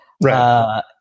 Right